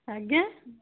ଆଜ୍ଞା